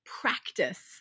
practice